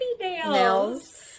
nails